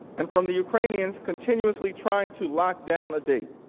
and from the ukrainians continuously trying to lock down a date.